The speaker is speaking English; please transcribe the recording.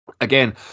again